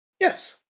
Yes